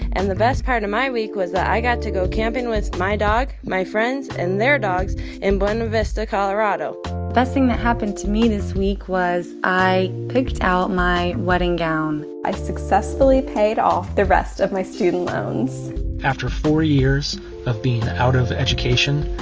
and the best part of my week was that i got to go camping with my dog, my friends and their dogs in buena vista, colo ah but best thing that happened to me this week was i picked out my wedding gown i successfully paid off the rest of my student loans after four years of being out of education,